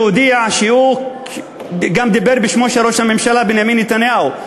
והוא דיבר גם בשמו של ראש הממשלה בנימין נתניהו,